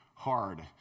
hard